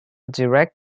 direct